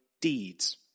deeds